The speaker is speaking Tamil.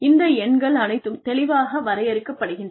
இந்த எண்கள் அனைத்தும் தெளிவாக வரையறுக்கப்படுகின்றது